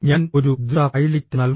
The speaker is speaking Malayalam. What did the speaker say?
ഞാൻ ഒരു ദ്രുത ഹൈലൈറ്റ് നൽകും